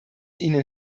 ihnen